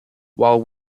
while